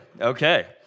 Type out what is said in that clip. Okay